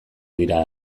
dira